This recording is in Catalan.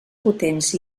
potents